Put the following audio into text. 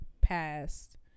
passed